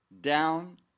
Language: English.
down